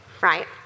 right